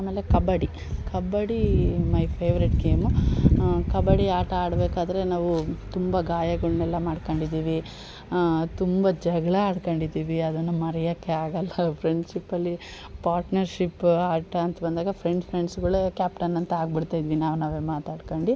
ಆಮೇಲೆ kabaddi kabaddi my favourite game kabaddi ಆಟ ಆಡಬೇಕಾದ್ರೆ ನಾವು ತುಂಬ ಗಾಯಗಳ್ನೆಲ್ಲ ಮಾಡ್ಕೊಂಡಿದ್ದೀವಿ ತುಂಬ ಜಗಳ ಆಡ್ಕೊಂಡ್ದೀವಿ ಅದನ್ನು ಮರೆಯೋಕ್ಕೆ ಆಗೋಲ್ಲ ಫ್ರೆಂಡ್ಶಿಪ್ಪಲ್ಲಿ ಪಾರ್ಟ್ನರ್ಶಿಪ್ ಆಟಾಂತ ಬಂದಾಗ ಫ್ರೆಂಡ್ಸ್ ಫ್ರೆಂಡ್ಸ್ಗಳೇ ಕ್ಯಾಪ್ಟನ್ ಅಂತ ಆಗ್ಬಿಡ್ತ ಇದ್ವಿ ನಾವು ನಾವೇ ಮಾತಾಡ್ಕೊಂಡು